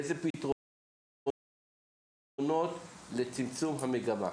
אילו פתרונות לצמצום המגמה?